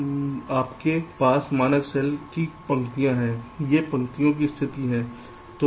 तो आपके पास मानक सेल की पंक्तियाँ हैं ये पंक्तियों की स्थिति है